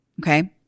Okay